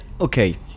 okay